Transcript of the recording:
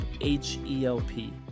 H-E-L-P